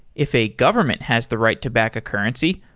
if a government has the right to back a currency,